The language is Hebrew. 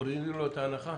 מורידים לו את ההנחה....